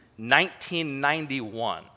1991